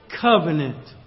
covenant